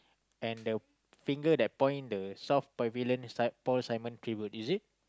and the finger that point the South Pavilion is like Paul Simon is it